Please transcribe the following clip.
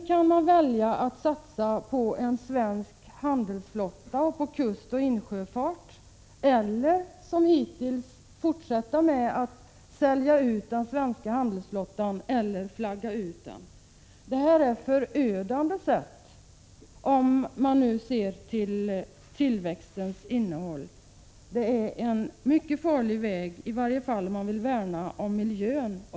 Man kan välja att satsa på en svensk handelsflotta och på kustoch insjöfart eller som hittills att fortsätta med att sälja eller flagga ut den svenska handelsflottan. Detta är förödande, om man ser till tillväxtens innehåll. Det är en mycket farlig väg, i varje fall om man vill värna om miljön.